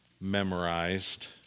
memorized